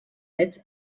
fets